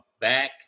back